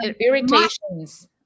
irritations